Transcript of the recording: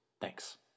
Thanks